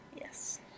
yes